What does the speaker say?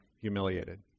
humiliated